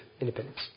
Independence